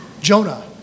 Jonah